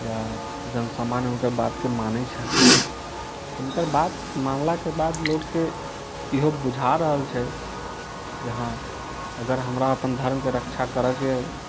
या जन सामान्य हुनकर बात के मानै छनि हुनकर बात मानला के बाद लोकके ईहो बुझा रहल छै जे हँ अगर हमरा अपन धर्म के रक्षा करए के अछि